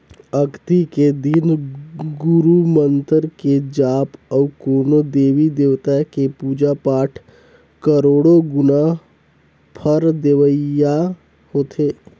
अक्ती के दिन गुरू मंतर के जाप अउ कोनो देवी देवता के पुजा पाठ करोड़ो गुना फर देवइया होथे